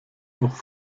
auch